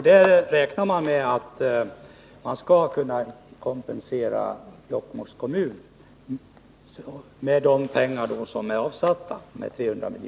Där räknar man med att man skall kunna kompensera Jokkmokks kommun med de 300 milj.kr. som är avsatta.